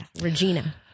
Regina